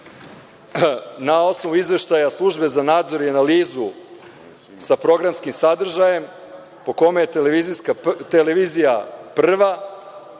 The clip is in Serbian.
na osnovu izveštaja slubžne za nadzor i analizu sa programskim sadržajem po kome je televizija „Prva“